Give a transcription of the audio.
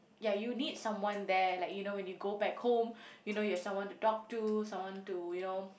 ya you need someone there like you know when you go back home you know you have someone to talk to someone to you know